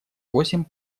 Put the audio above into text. восемь